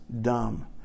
dumb